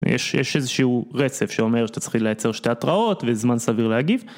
יש איזשהו רצף שאומר שאתה צריך לייצר שתי התראות וזמן סביר להגיב.